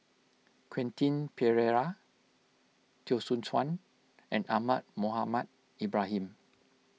Quentin Pereira Teo Soon Chuan and Ahmad Mohamed Ibrahim